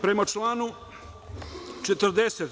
Prema članu 40.